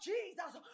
Jesus